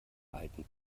alten